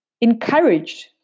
encouraged